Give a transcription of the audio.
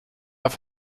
auf